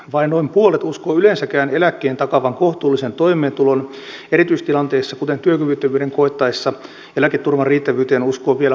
vain noin puolet uskoo yleensäkään eläkkeen takaavan kohtuullisen toimeentulon erityistilanteissa kuten työkyvyttömyyden koittaessa eläketurvan riittävyyteen uskoo vielä harvempi